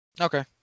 Okay